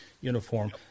uniform